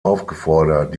aufgefordert